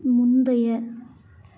முந்தைய